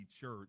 Church